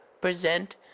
present